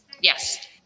Yes